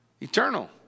Eternal